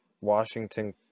Washington